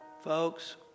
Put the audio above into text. Folks